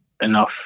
enough